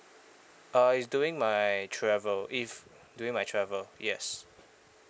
uh it's during my travel if during my travel yes